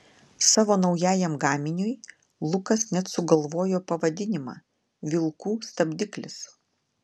savo naujajam gaminiui lukas net sugalvojo pavadinimą vilkų stabdiklis